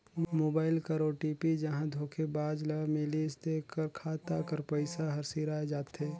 mobile कर OTP जहां धोखेबाज ल मिलिस तेकर खाता कर पइसा हर सिराए जाथे